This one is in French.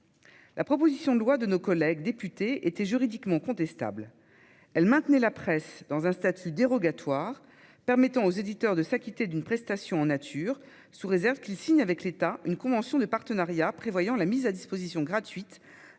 La proposition de loi de nos collègues députés était juridiquement contestable. Elle maintenait la presse dans un statut dérogatoire, permettant aux éditeurs de s'acquitter d'une prestation en nature, sous réserve qu'ils signent avec l'État une convention de partenariat prévoyant la mise à disposition gratuite